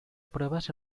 pruebas